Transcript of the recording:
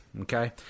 okay